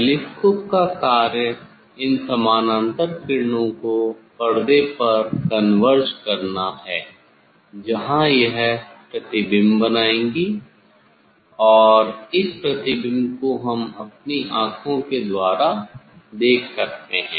telescope का कार्य इन समानांतर किरणों को पर्दे पर कन्वर्ज करना है जहां यह प्रतिबिंब बनाएंगी और इस प्रतिबिंब को हम अपनी आंखों के द्वारा देख सकते हैं